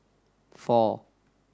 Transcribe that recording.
four